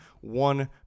one